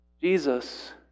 Jesus